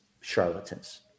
charlatans